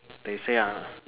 they say I